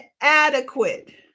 adequate